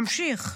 נמשיך.